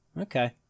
Okay